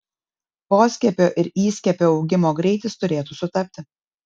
poskiepio ir įskiepio augimo greitis turėtų sutapti